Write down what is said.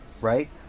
right